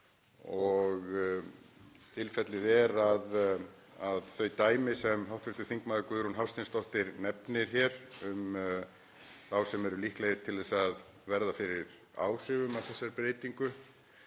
og tilfellið er að þau dæmi sem hv. þm. Guðrún Hafsteinsdóttir nefnir hér um þá sem eru líklegir til að verða fyrir áhrifum af þessari breytingu